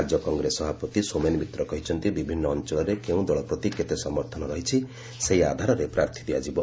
ରାଜ୍ୟ କଂଗ୍ରେସ ସଭାପତି ସୋମେନ୍ ମିତ୍ର କହିଛନ୍ତି ବିଭିନ୍ନ ଅଞ୍ଚଳରେ କେଉଁ ଦଳ ପ୍ରତି କେତେ ସମର୍ଥନ ରହିଛି ସେହି ଆଧାରରେ ପ୍ରାର୍ଥୀ ଦିଆଯିବ